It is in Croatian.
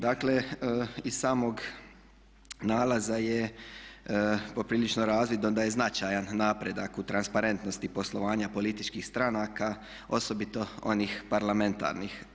Dakle iz samog nalaza je poprilično razvidno da je značajan napredak u transparentnosti poslovanja političkih stranaka osobito onih parlamentarnih.